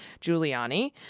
Giuliani